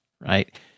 Right